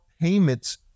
payments